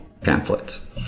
pamphlets